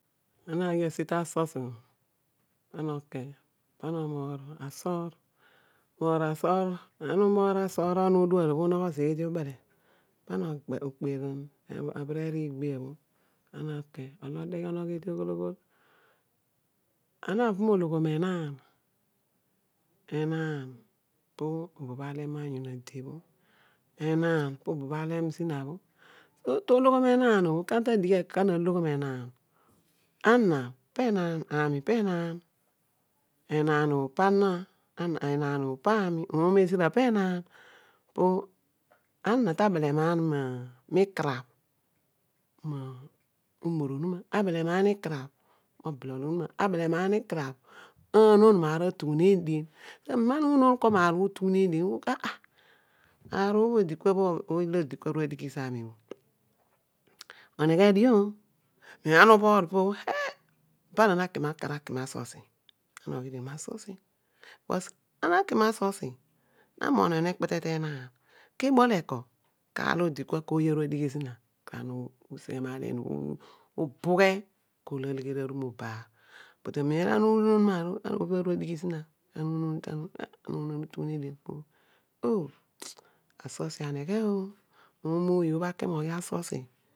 Ana na ghi asi ta sesi obho pama oke, pana omoor asoor, omoor asoor, aua umoor asoor onu onun o unugh peedi ubele, pana okperom obhenor iigbio bho pa ana oki odeghe onogh eedi oghol oghol, ana na va mo loghom enaan enaan, po ahem onyu na ade bha enaan po obho ahem zina bho to loghom enaan obh ka ana ta dighi eko kana aloghom me enaan ana pe enaan ami peenaan, enaan obho pena ami pe enaan po ana tabelemanini mikarabh mo mor onwuna abelema an ikarabh mo oblol onuma abelenaan ikarabh anon maar atughureen dian anem ana kua masaar obho utughunaan dian ah ah, aah bho bho odikua bho ooy olo odi kua aru adighi zami oneghe dio ana ubhuru po oghol ehh pana na kana ki masosi, ana oghi dio masosi bkos ana naki masosa na noghon onuekpete ke enaan ki ibol eko ka aar odi kua keedio ooy aru adighi zina pana uru useghe maar obho ubughe kezo bho alegheri aru mo obaar but amen aru unon aar ooyobho adighi zina bho ana unon ugughuneen dian oh asosi aneghe oh omo ooy aki mo oghi asosi.